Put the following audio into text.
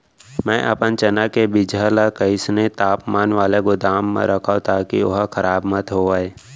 मैं अपन चना के बीजहा ल कइसन तापमान वाले गोदाम म रखव ताकि ओहा खराब मत होवय?